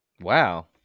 Wow